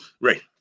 Right